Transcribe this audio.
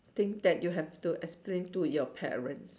thing that you have to explain to your parents